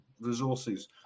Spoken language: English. resources